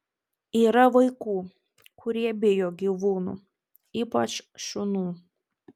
yra vaikų kurie bijo gyvūnų ypač šunų